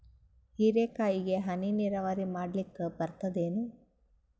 ಹೀರೆಕಾಯಿಗೆ ಹನಿ ನೀರಾವರಿ ಮಾಡ್ಲಿಕ್ ಬರ್ತದ ಏನು?